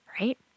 Right